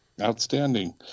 outstanding